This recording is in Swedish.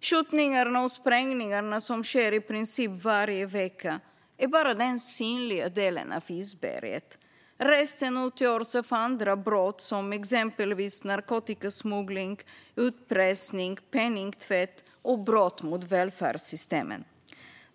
Skjutningarna och sprängningarna, som sker i princip varje vecka, är bara den synliga delen av isberget. Resten utgörs av andra brott som exempelvis narkotikasmuggling, utpressning, penningtvätt och brott mot välfärdsystemen.